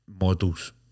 ...models